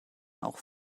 auch